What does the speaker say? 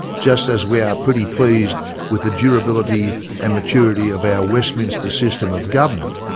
just as we are pretty pleased with the durability and maturity of our westminster system of government,